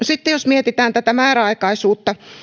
sitten jos mietitään määräaikaisuutta